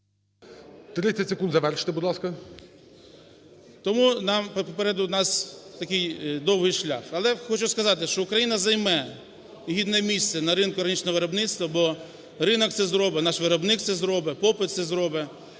30 секунд завершити, будь ласка. МІРОШНІЧЕНКО І.В. Тому попереду у нас такий довгий шлях. Але хочу сказати, що Україна займе гідне місце на ринку органічного виробництва, бо ринок це зробить, наш виробник це зробить, попит це зробить.